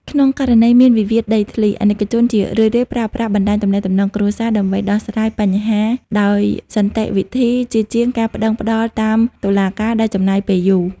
ក្នុងករណីមានវិវាទដីធ្លី អាណិកជនជារឿយៗប្រើប្រាស់ "បណ្ដាញទំនាក់ទំនងគ្រួសារ" ដើម្បីដោះស្រាយបញ្ហាដោយសន្តិវិធីជាជាងការប្ដឹងផ្ដល់តាមតុលាការដែលចំណាយពេលយូរ។